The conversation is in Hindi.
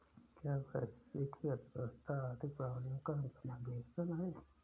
क्या वैश्विक अर्थव्यवस्था आर्थिक प्रणालियों का समावेशन है?